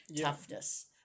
Toughness